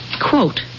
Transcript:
Quote